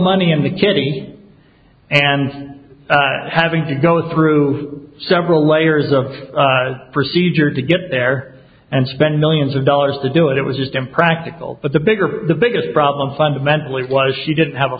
money in the kitty and having to go through several layers of procedure to get there and spend millions of dollars to do it it was just impractical but the bigger the biggest problem fundamentally was she didn't have a